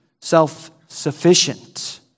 self-sufficient